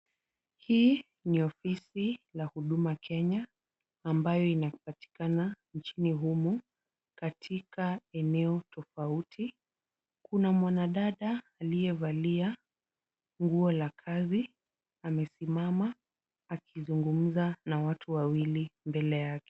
Hii ni ofisi la Huduma Kenya, ambayo inapatikana nchini humu katika eneo tofauti. Kuna mwanadada aliyevalia nguo la kazi, amesimama akizungumza na watu wawili mbele yake.